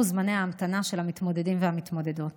זמני ההמתנה של המתמודדים והמתמודדות.